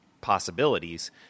possibilities